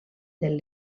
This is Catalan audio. del